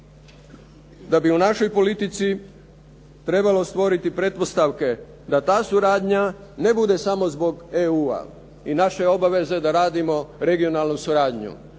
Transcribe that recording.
da bi u našoj politici trebalo stvoriti pretpostavke da ta suradnja ne bude samo zbog EU-a i naše obaveze da radimo regionalnu suradnju,